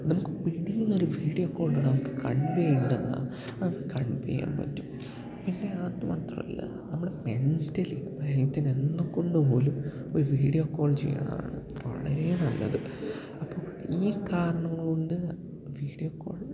നമുക്ക് പിടീയെന്നൊരു വീഡിയോ കോളിലൂടെ നമുക്ക് നമുക്ക് കൺവേ ചെയ്യാൻ പറ്റും പിന്നെ അത് മാത്രമല്ല നമ്മുടെ മെന്റലി കൊണ്ടുപോലും ഒരു വീഡിയോ കോൾ ചെയ്യുന്നതാണ് വളരെ നല്ലത് അപ്പോള് ഈ കാരണങ്ങള് കൊണ്ട് വീഡിയോ കോൾ